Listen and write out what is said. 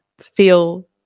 feel